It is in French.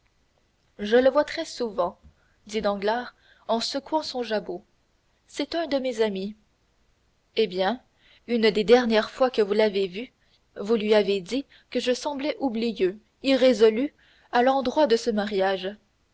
je le vois très souvent dit danglars en secouant son jabot c'est un de mes amis eh bien une des dernières fois que vous l'avez vu vous lui avez dit que je semblais oublieux irrésolu à l'endroit de ce mariage